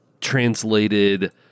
translated